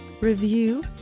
review